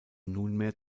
nunmehr